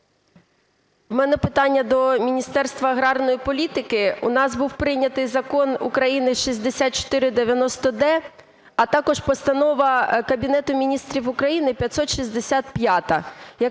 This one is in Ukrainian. У мене питання до Міністерства аграрної політики. У нас був прийнятий Закон України 6490-д, а також Постанова Кабінету Міністрів України 565.